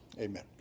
Amen